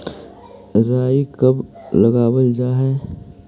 राई कब लगावल जाई?